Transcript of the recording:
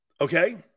Okay